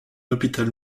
hôpital